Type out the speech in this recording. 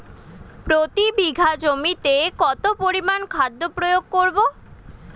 প্রতি বিঘা জমিতে কত পরিমান খাদ্য প্রয়োগ করব?